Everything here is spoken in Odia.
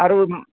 ଆରୁ